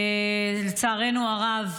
לצערנו הרב,